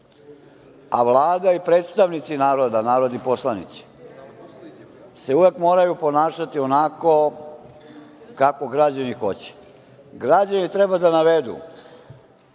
a Vlada i predstavnici naroda, narodni poslanici, se uvek moraju ponašati onako kako građani hoće. Građani treba da navedu